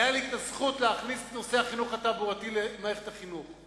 היתה לי הזכות להכניס את נושא החינוך התעבורתי למערכת החינוך.